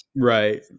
right